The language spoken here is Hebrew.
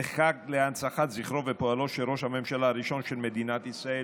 נחקק להנצחת זכרו ופועלו של ראש הממשלה הראשון של מדינת ישראל,